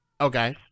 Okay